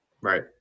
Right